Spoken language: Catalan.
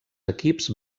equips